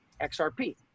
xrp